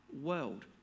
world